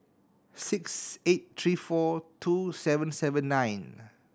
six eight three four two seven seven nine